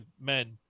men